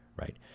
right